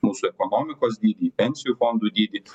mūsų ekonomikos dydį į pensijų fondų dydį